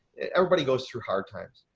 everybody goes through hard times.